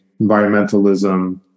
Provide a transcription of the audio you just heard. environmentalism